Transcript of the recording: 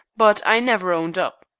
but i never owned up.